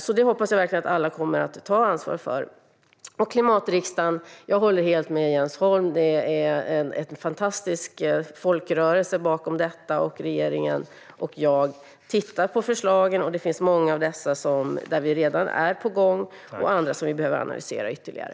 Så det hoppas jag verkligen att alla kommer att ta ansvar för. Jag håller helt med Jens Holm om att klimatriksdagen är en fantastisk folkrörelse. Jag och regeringen tittar på förslagen, och det finns många där vi redan är på gång och andra förslag som vi behöver analysera ytterligare.